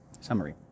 Summary